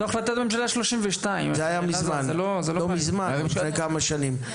זו החלטת ממשלה 32. זה היה לפני כמה שנים.